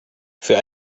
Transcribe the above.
für